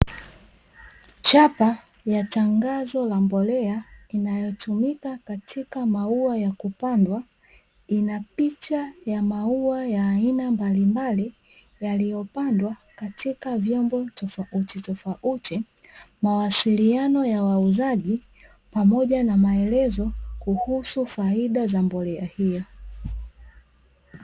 Chapa ya tangazo la mbolea inayotumika katika maua ya kupandwa, ina picha ya maua ya aina mbalimbali yaliyopandwa katika vyombo tofauti tofauti, mawasiliano ya wauzaji pamoja na maelezo kuhusu faida za mbolea hiyo.